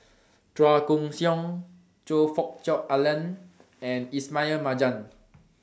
Chua Koon Siong Choe Fook Cheong Alan and Ismail Marjan